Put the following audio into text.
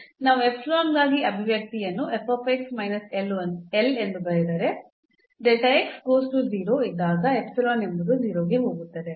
ನಾವು ಗಾಗಿ ಅಭಿವ್ಯಕ್ತಿಯನ್ನು ಎಂದು ಬರೆದರೆ ಇದ್ದಾಗ ಎಂಬುದು 0 ಗೆ ಹೋಗುತ್ತದೆ